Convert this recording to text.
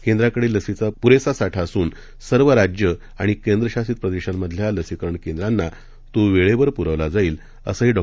केंद्राकडे लसीचा पुरेसा साठा असून सर्व राज्य आणि केंद्रशासित प्रदेशातल्या लसीकरण केंद्रांना तो वेळेवर पूरवला जाईल असंही डॉ